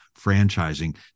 franchising